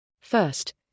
First